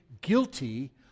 guilty